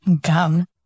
Gum